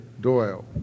Doyle